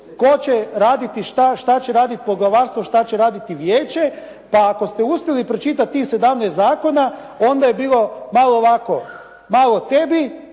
tko će raditi šta, šta će raditi poglavarstvo, šta će raditi vijeće. Pa ako ste uspjeli pročitati tih 17 zakona onda je bilo malo ovako, malo tebi,